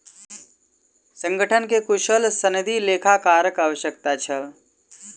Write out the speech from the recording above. संगठन के कुशल सनदी लेखाकारक आवश्यकता छल